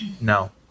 no